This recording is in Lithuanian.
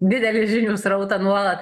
didelį žinių srautą nuolat